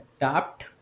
adapt